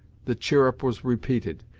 the chirrup was repeated,